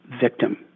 victim